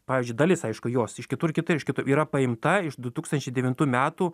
pavyzdžiui dalis aišku jos iš kitur kitur iš kitų yra paimta iš du tūkstančiai devintų metų